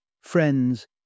friends